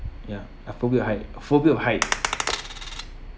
ya I phobia height phobia of height